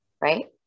right